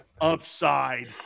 Upside